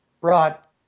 brought